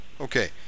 Okay